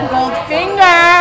Goldfinger